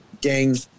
gang